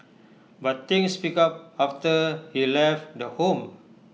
but things picked up after he left the home